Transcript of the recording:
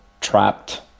trapped